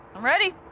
i'm ready.